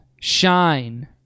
Shine